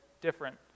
different